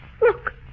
Look